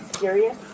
serious